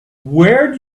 where